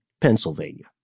Pennsylvania